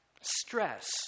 stress